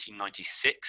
1996